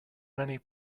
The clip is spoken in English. many